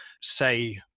say